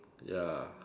ya